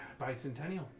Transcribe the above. bicentennial